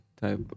type